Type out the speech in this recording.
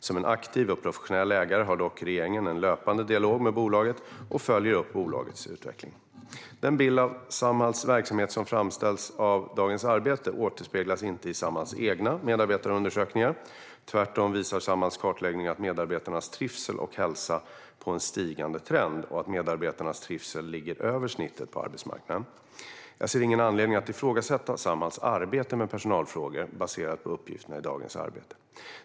Som en aktiv och professionell ägare har dock regeringen en löpande dialog med bolaget och följer upp dess utveckling. Den bild av Samhalls verksamhet som framställs av Dagens Arbete återspeglas inte i Samhalls egna medarbetarundersökningar. Tvärtom visar Samhalls kartläggning av medarbetarnas trivsel och hälsa på en stigande trend och att medarbetarnas trivsel ligger över snittet på arbetsmarknaden. Jag ser ingen anledning att ifrågasätta Samhalls arbete med personalfrågor baserat på uppgifterna i Dagens Arbete.